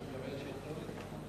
התש"ע 2010,